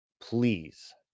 please